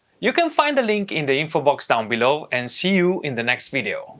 you can find the link in the info box down below and see you in the next video.